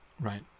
right